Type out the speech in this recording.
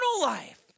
life